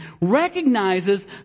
recognizes